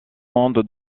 monde